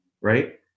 right